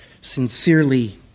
Sincerely